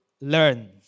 learn